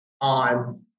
on